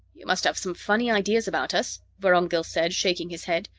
you must have some funny ideas about us, vorongil said shaking his head.